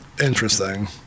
interesting